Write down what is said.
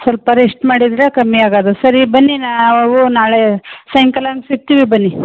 ಸ್ವಲ್ಪ ರೆಶ್ಟ್ ಮಾಡಿದರೆ ಕಮ್ಮಿ ಆಗೋದು ಸರಿ ಬನ್ನಿ ನಾವು ನಾಳೆ ಸಾಯಂಕಾಲಂಗೆ ಸಿಕ್ತೀವಿ ಬನ್ನಿ